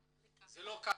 זה לא כך,